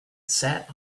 sat